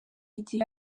igihe